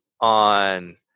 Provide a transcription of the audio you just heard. on